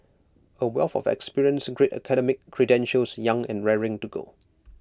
A wealth of experience great academic credentials young and raring to go